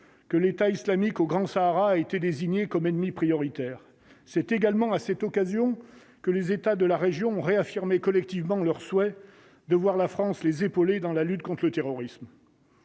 que l'État islamique au Grand Sahara a été désigné comme ennemi prioritaire, c'est également à cette occasion que les États de la région réaffirmer collectivement leur souhait de voir la France les épauler dans la lutte contre le terrorisme.